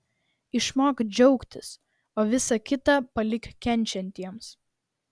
išmok džiaugtis o visa kita palik kenčiantiems